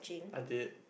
I did